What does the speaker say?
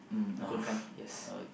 a good guy yes